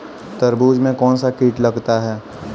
तरबूज में कौनसा कीट लगता है?